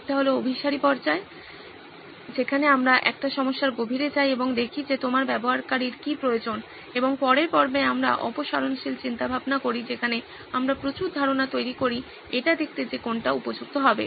একটি হল অভিসারী পর্যায় যেখানে আমরা একটি সমস্যার গভীরে যাই এবং দেখি যে তোমার ব্যবহারকারীর কি প্রয়োজন এবং পরের পর্বে আমরা অপসারণশীল চিন্তাভাবনা করি যেখানে আমরা প্রচুর ধারণা তৈরি করি এটা দেখতে যে কোনটা উপযুক্ত হবে